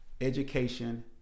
Education